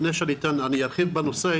לפני שארחיב בנושא,